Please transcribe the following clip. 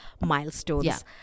milestones